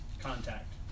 contact